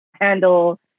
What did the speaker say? handle